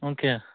okay